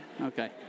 Okay